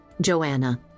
Joanna